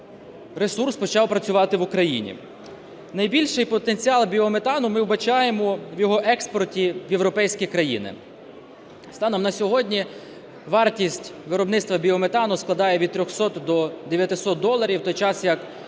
ресурс почав працювати в Україні. Найбільший потенціал біометану ми вбачаємо в його експорті в європейські країни. Станом на сьогодні вартість виробництва біометану складає від 300 до 900 доларів, в той час як